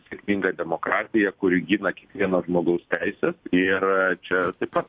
sėkmingą demokratija kuri gina kiekvieno žmogaus teises ir čia taip pat